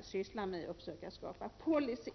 syssla med att försöka skapa policy.